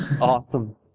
Awesome